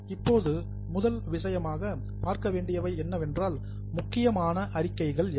இப்போது முதல் விஷயமாக பார்க்க வேண்டியவை என்னவென்றால் முக்கியமான அறிக்கைகள் எவை